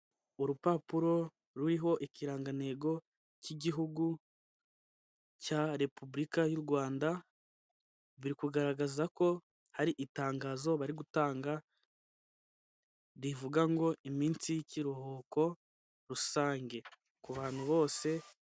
Urupapuro ruriho ikirangantego cy'Igihugu cya Repubulika y'u Rwanda. Birikugaragaza ko hari itangazo barigutanga rivuga ngo iminsi y' ikiruhuko rusange ku bantu bose.